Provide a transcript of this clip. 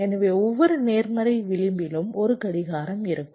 எனவே ஒவ்வொரு நேர்மறை விளிம்பிலும் ஒரு கடிகாரம் இருக்கும்